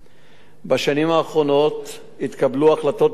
בשנים האחרונות התקבלו החלטות בתי-המשפט